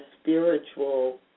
spiritual